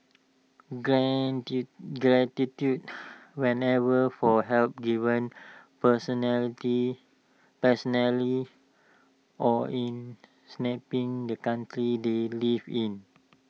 gratitude whether for help given personality personally or in the country they live in